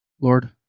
Lord